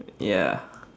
ya